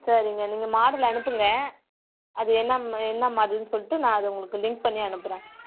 சரிங்க நீங்கள் மாடல் அனுப்புங்க அது என்னா என்ன மாடல்னு சொல்லிட்டு நான் அதை உங்களுக்கு லிங்க் பண்ணி அனுப்புகிறேன்